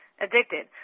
addicted